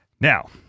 Now